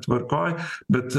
tvarkoj bet